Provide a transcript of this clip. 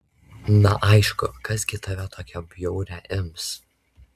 na aišku kas gi tave tokią bjaurią ims